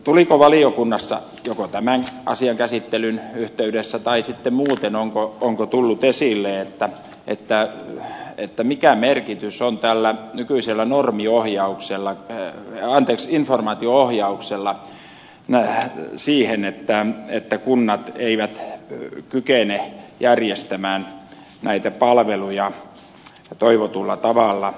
tuliko valiokunnassa joko tämän asian käsittelyn yhteydessä tai sitten muuten onko tullut esille mikä merkitys tällä nykyisellä informaatio ohjauksella on siihen että kunnat eivät kykene järjestämään näitä palveluja toivotulla tavalla